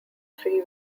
three